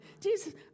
Jesus